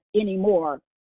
anymore